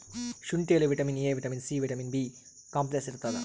ಶುಂಠಿಯಲ್ಲಿ vitamin A vitamin C vitamin B complex ಇರ್ತಾದ